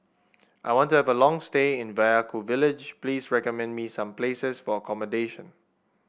I want to have a long stay in Vaiaku village Please recommend me some places for accommodation